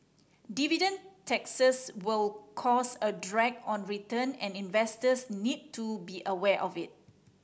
dividend taxes will cause a drag on return and investors need to be aware of it